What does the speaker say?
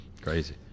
Crazy